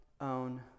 own